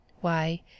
Why